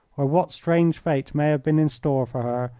or what strange fate may have been in store for her,